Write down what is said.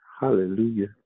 Hallelujah